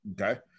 okay